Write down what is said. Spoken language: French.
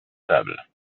table